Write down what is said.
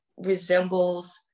resembles